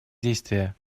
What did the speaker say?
действия